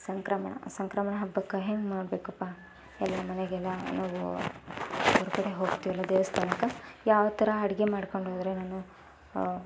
ಸಂಕ್ರಮಣ ಸಂಕ್ರಮಣ ಹಬ್ಬಕ್ಕೆ ಹೆಂಗ್ ಮಾಡಬೇಕಪ್ಪ ಎಲ್ಲ ಮನೆಗೆಲ್ಲ ಏನು ಹೊರಗಡೆ ಹೋಗ್ತಿವಲ್ಲ ದೇವಸ್ಥಾನಕ್ಕೆ ಯಾವ ಥರ ಅಡುಗೆ ಮಾಡ್ಕೊಂಡು ಹೋದರೆ ನಾನು